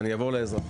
אני אעבור לאזרחות.